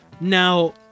Now